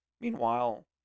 Meanwhile